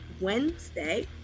Wednesday